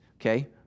okay